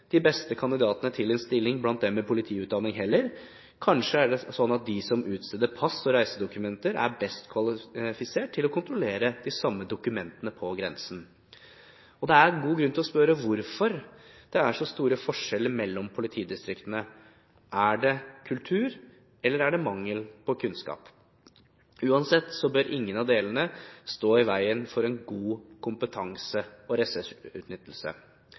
de beste kandidatene til en stilling blant dem med politiutdanning, heller. Kanskje er det slik at de som utsteder pass og reisedokumenter, er best kvalifisert til å kontrollere de samme dokumentene på grensen. Det er god grunn til å spørre hvorfor det er så store forskjeller mellom politidistriktene. Er det kultur, eller er det mangel på kunnskap? Uansett bør ingen av delene stå i veien for en god kompetanse- og